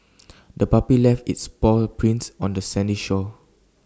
the puppy left its paw prints on the sandy shore